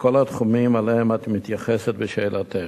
כל התחומים שאליהם את מתייחסת בשאלתך: